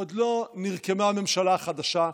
עוד לא נרקמה הממשלה החדשה,